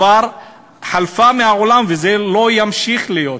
כבר חלפה מהעולם, וזה לא ימשיך להיות.